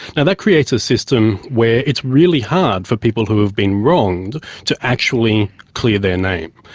and that creates a system where it's really hard for people who have been wronged to actually clear their name,